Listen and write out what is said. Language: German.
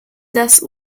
das